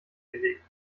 gelegt